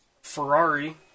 Ferrari